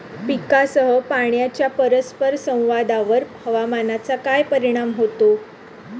पीकसह पाण्याच्या परस्पर संवादावर हवामानाचा काय परिणाम होतो?